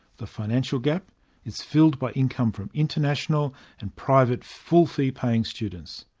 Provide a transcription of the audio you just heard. the financial gap is filled by income from international and private full-fee-paying students.